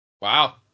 Wow